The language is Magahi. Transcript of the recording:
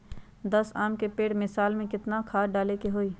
दस आम के पेड़ में साल में केतना खाद्य डाले के होई?